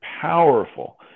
powerful